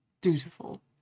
dutiful